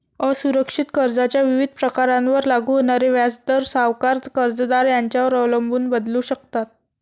असुरक्षित कर्जाच्या विविध प्रकारांवर लागू होणारे व्याजदर सावकार, कर्जदार यांच्यावर अवलंबून बदलू शकतात